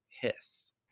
hiss